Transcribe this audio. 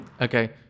Okay